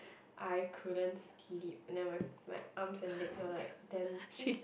I couldn't sleep and then my my arms and legs were like then it's